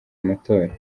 amatora